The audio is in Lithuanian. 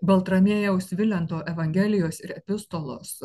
baltramiejaus vilento evangelijos ir epistolos